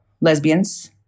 lesbians